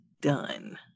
done